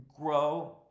grow